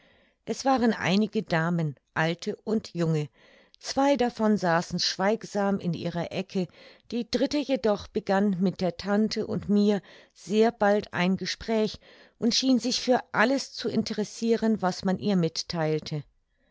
es waren einige damen alte und junge zwei davon saßen schweigsam in ihrer ecke die dritte jedoch begann mit der tante und mir sehr bald ein gespräch und schien sich für alles zu interessiren was man ihr mittheilte